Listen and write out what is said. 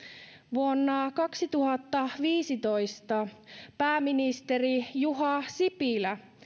vuonna kaksituhattaviisitoista pääministeri juha sipilä